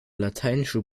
lateinische